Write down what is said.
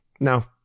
No